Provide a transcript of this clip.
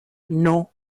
non